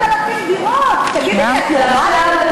10,000 דירות, תגידי לי, את נורמלית?